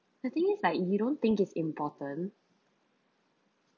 the thing is like you don't think is important